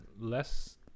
less